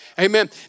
Amen